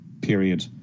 period